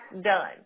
done